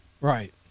Right